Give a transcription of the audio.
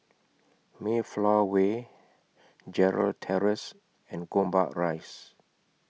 Mayflower Way Gerald Terrace and Gombak Rise